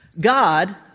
God